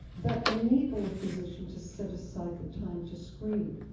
that enable a physician to set aside the time to screen.